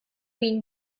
ihn